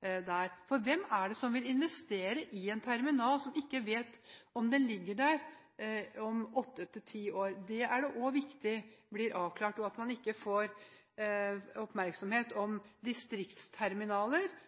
der. For hvem er det som vil investere i en terminal som man ikke vet om ligger der om åtte–ti år? Det er det også viktig blir avklart, og at man ikke får oppmerksomhet om distriktsterminaler.